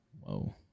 Whoa